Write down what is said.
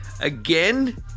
again